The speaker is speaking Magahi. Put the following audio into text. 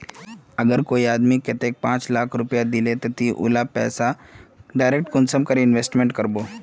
अगर कोई आदमी कतेक पाँच लाख रुपया दिले ते ती उला पैसा डायरक कुंसम करे इन्वेस्टमेंट करबो?